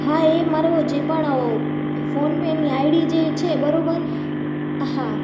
હા એ મારો જે પણ ફોનપેની આઈડી જે છે બરાબર હા